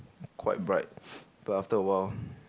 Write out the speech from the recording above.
quite bright but after a while